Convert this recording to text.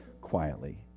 quietly